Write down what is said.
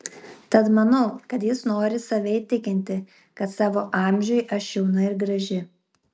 tad manau kad jis nori save įtikinti kad savo amžiui aš jauna ir graži